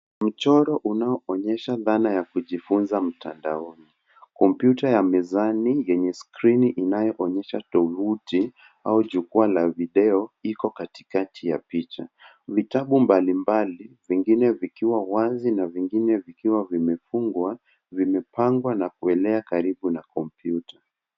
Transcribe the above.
Mchoro unaoonyeshesha dhana ya kujifunza mtandaoni. Komputa ya mezani yenye skrini inayoonyesha tovuti au jukwaa la video iko katikati ya picha. Vitabu mbalimbali vingine vikiwa wazi na vingine vikiwa vimefungwa vimepangwa na kuelea karibu na komputa.